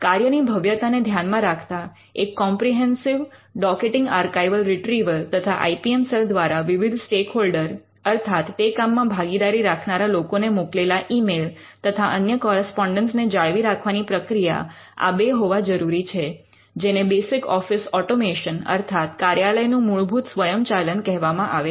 કાર્યની ભવ્યતાને ધ્યાનમાં રાખતાં એક કૉમ્પ્રિહેન્સિવ ડૉકિટિંગ આર્કાઇવલ રિટ્રીવલ તથા આઇ પી એમ સેલ દ્વારા વિવિધ સ્ટેકહોલ્ડર અર્થાત તે કામમાં ભાગીદારી રાખનારા લોકોને મોકલેલા ઈમેઈલ તથા અન્ય કૉરિસ્પૉન્ડન્સ ને જાળવી રાખવાની પ્રક્રિયા આ બે હોવા જરૂરી છે જેને બેસિક ઑફિસ ઓટોમેશન અર્થાત કાર્યાલયનું મૂળભૂત સ્વયંચાલન કહેવામાં આવે છે